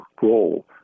goal